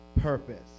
purpose